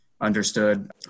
understood